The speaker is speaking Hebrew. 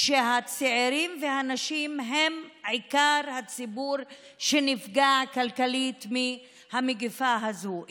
שהצעירים והנשים הם עיקר הציבור שנפגע כלכלית מהמגפה הזו.